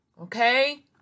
okay